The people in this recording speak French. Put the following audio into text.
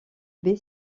baie